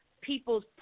people's